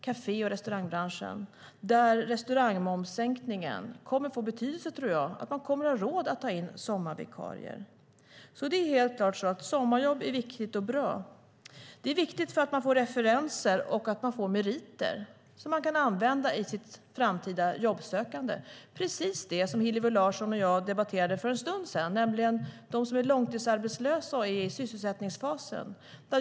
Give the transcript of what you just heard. Jag tror att restaurangmomssänkningen kommer att få betydelse så att man har råd att ta in sommarvikarier. Sommarjobb är helt klart viktigt och bra. Det är viktigt för att man får referenser och meriter som man kan använda i sitt framtida jobbsökande. Hillevi Larsson och jag talade tidigare om dem som är långtidsarbetslösa och är i sysselsättningsfasen.